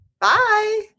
Bye